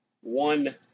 one